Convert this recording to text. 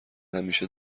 همیشه